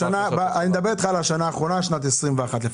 אני מדבר אתך על השנה האחרונה, על שנת 2021 לפחות.